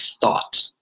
thought